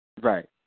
Right